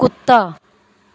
ਕੁੱਤਾ